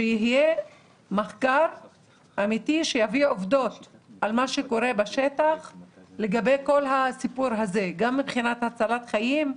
שיהיה מחקר אמיתי שיביא עובדות לגבי מה שקורה בשטח גם מבחינת הצלת חיים,